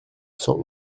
cent